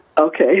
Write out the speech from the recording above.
Okay